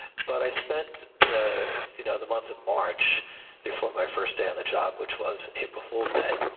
but i spent the you know the month of march before my first day on the job, which was april fool's day.